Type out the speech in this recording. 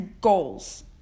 goals